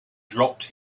dropped